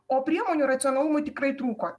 o priemonių racionalumui tikrai trūko